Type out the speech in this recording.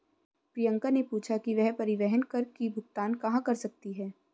प्रियंका ने पूछा कि वह परिवहन कर की भुगतान कहाँ कर सकती है?